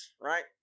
right